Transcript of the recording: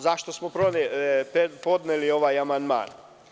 Zašto smo podneli ovaj amandman?